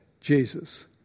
Jesus